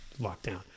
Lockdown